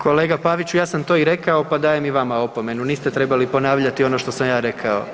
Kolega Paviću, ja sam to i rekao, pa dajem i vama opomenu, niste trebali ponavljati ono što sam ja rekao.